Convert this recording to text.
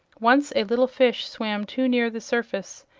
once a little fish swam too near the surface,